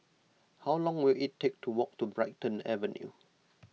how long will it take to walk to Brighton Avenue